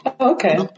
Okay